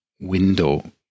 window